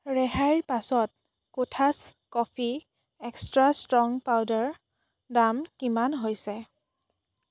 ৰেহাইৰ পাছত কোঠাছ কফি এক্সট্ৰা ষ্ট্ৰং পাউদাৰৰ দাম কিমান হৈছে